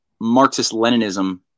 Marxist-Leninism